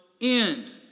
end